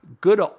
good